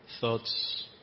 thoughts